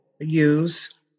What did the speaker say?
use